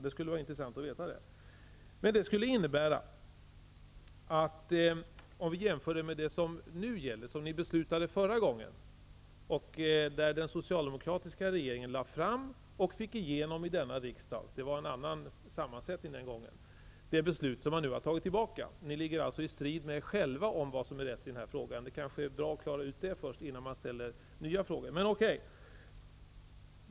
Det skulle vara intressant att få veta det. Den socialdemokratiska regeringen lade fram ett förslag och fick igenom det i denna kammare, som hade en annan sammansättning då. Det beslutet har ni nu tagit tillbaka. Ni ligger alltså i strid med er själva om vad som är rätt i denna fråga. Det kanske vore bra att klara ut det först innan man ställer nya frågor.